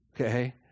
Okay